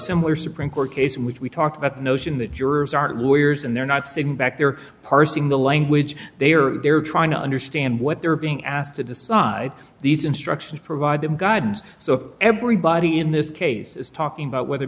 similar supreme court case in which we talk about the notion that jurors aren't lawyers and they're not sitting back there parsing the language they are there trying to understand what they're being asked to decide these instructions provide them guidance so everybody in this case is talking about whether